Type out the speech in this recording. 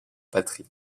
patrie